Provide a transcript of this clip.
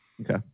Okay